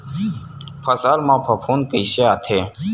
फसल मा फफूंद कइसे आथे?